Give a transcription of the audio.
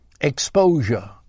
exposure